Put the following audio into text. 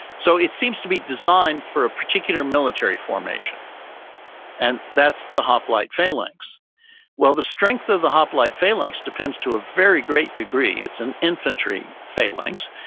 so it seems to be designed for a particular military formation and that's the hoplite phalanx well, the strength of the hoplite phalanx depends to a very great degree, it's an infantry phalanx,